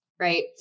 right